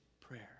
prayer